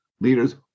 leaders